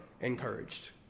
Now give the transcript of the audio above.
Encouraged